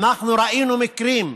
ראינו מקרים,